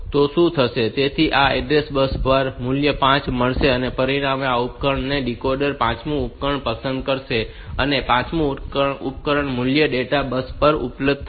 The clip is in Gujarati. તેથી તે આ એડ્રેસ બસ પર મૂલ્ય 5 મૂકશે અને પરિણામે આ ઉપકરણ આ ડીકોડર પાંચમું ઉપકરણ પસંદ કરશે અને પાંચમું ઉપકરણ મૂલ્ય ડેટા બસ પર ઉપલબ્ધ થશે